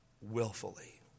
willfully